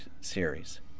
series